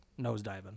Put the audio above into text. nosediving